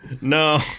No